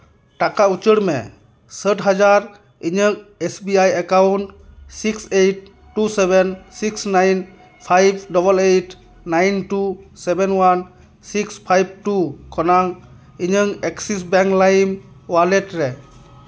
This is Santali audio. ᱴᱟᱠᱟ ᱩᱪᱟᱹᱲ ᱢᱮ ᱥᱟᱹᱴ ᱦᱟᱡᱟᱨ ᱤᱧᱟᱹᱜ S B I account six eight two seven six nine five double eight nine two seven one six five two ᱠᱷᱚᱱᱟᱝ ᱤᱧᱟᱹᱝ ᱮᱠᱥᱤᱥ ᱵᱮᱝᱠ ᱞᱟᱭᱤᱢ ᱳᱣᱟᱞᱮᱴ ᱨᱮ